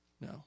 No